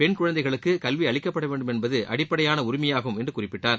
pen குழந்தைகளுக்கு கல்வி அளிக்கப்பட வேண்டும் என்பது அடிப்படையான உரிமையாகும் என்று குறிப்பிட்டார்